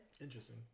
interesting